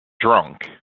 drunk